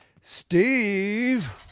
Steve